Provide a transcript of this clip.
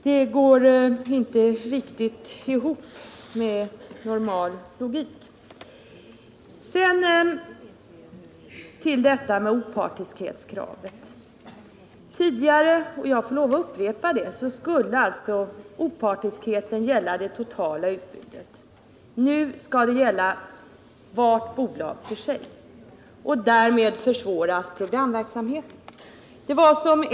Det går inte riktigt ihop med normal logik. Sedan till detta med opartiskhetskravet. Tidigare — jag får lov att upprepa det — skulle alltså opartiskheten gälla det totala utbudet. Nu skall det gälla varje bolag för sig, och därmed försvåras programverksamheten.